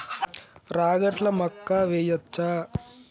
రాగట్ల మక్కా వెయ్యచ్చా?